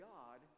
God